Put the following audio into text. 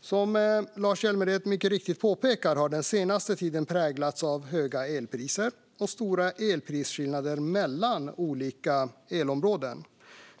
Som Lars Hjälmered mycket riktigt påpekar har den senaste tiden präglats av höga elpriser och stora elprisskillnader mellan olika elområden.